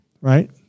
Right